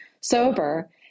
sober